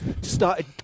started